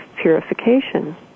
purification